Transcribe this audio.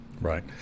Right